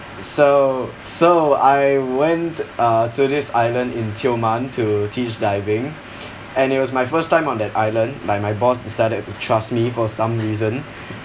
so so I went uh to this island in tioman to teach diving and it was my first time on that island like my boss decided to trust me for some reason